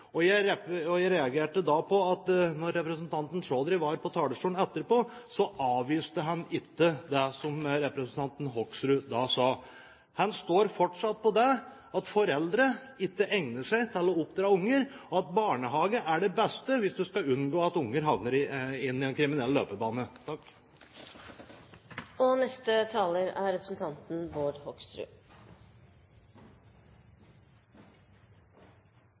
merket jeg meg at representanten Bård Hoksrud hadde en kommentar til Chaudhry om det med barn og barnehager. Jeg reagerte på at da representanten Chaudhry var på talerstolen etterpå, avviste han ikke det representanten Hoksrud sa. Han står fortsatt på det at foreldre ikke egner seg til å oppdra unger, og at barnehage er det beste hvis du skal unngå at unger havner i en kriminell løpebane.